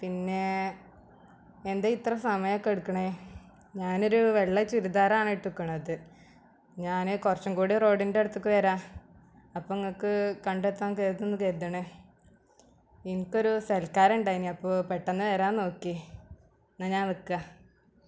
പിന്നേ എന്താ ഇത്ര സമയമൊക്കെ എടുക്കണത് ഞാനൊരു വെള്ള ചുരിദാറാണ് ഇട്ട്ക്കണത് ഞാൻ കുറച്ചുങ്കൂടെ റോഡിൻ്റെ അട്ത്ത്ക്ക് വരാം അപ്പം ഇങ്ങക്ക് കണ്ടെത്താൻ കഴിയൂന്ന് കരുതണ് എനിക്കൊരു സൽക്കാരം ഇണ്ടായിനു അപ്പോൾ പെട്ടെന്ന് വരാൻ നോക്കി എന്നാൽ ഞാൻ വെക്കുക